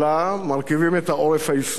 מרכיבים את העורף הישראלי.